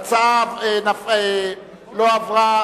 ההצעה לא עברה